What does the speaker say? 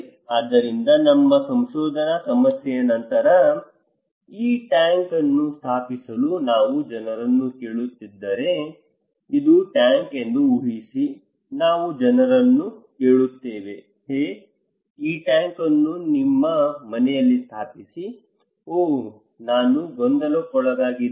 ಆದ್ದರಿಂದ ನಮ್ಮ ಸಂಶೋಧನಾ ಸಮಸ್ಯೆ ನಂತರ ಈ ಟ್ಯಾಂಕ್ ಅನ್ನು ಸ್ಥಾಪಿಸಲು ನಾವು ಜನರನ್ನು ಕೇಳುತ್ತಿದ್ದರೆ ಇದು ಟ್ಯಾಂಕ್ ಎಂದು ಊಹಿಸಿ ನಾವು ಜನರನ್ನು ಕೇಳುತ್ತೇವೆ ಹೇ ಈ ಟ್ಯಾಂಕ್ ಅನ್ನು ನಿಮ್ಮ ಮನೆಯಲ್ಲಿ ಸ್ಥಾಪಿಸಿ ಓಹ್ ನಾನು ಗೊಂದಲಕ್ಕೊಳಗಾಗಿದ್ದೇನೆ